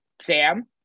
Sam